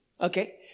Okay